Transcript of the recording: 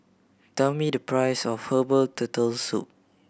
tell me the price of herbal Turtle Soup